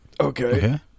Okay